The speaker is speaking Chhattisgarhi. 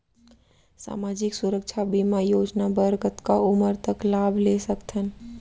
सामाजिक सुरक्षा बीमा योजना बर कतका उमर तक लाभ ले सकथन?